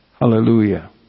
hallelujah